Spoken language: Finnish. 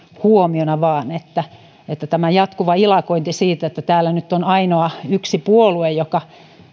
huomiona vaan eli tämä jatkuva ilakointi siitä että täällä nyt on yksi ainoa puolue joka